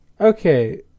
Okay